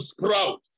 sprout